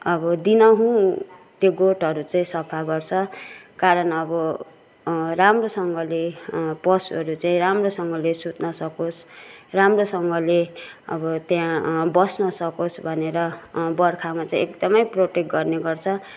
अब दिनहुँ त्यो गोठहरू चाहिँ सफा गर्छ कारण अब राम्रोसँगले पशुहरू चाहिँ राम्रोसँगले सुत्न सकोस् राम्रोसँगले अब त्यहाँ बस्न सकोस् भनेर बर्खामा चाहिँ एकदमै प्रोटेक्ट गर्नेगर्छ